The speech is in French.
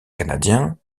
canadiens